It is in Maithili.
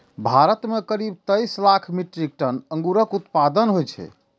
भारत मे करीब तेइस लाख मीट्रिक टन अंगूरक उत्पादन होइ छै